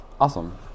awesome